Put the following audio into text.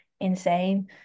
insane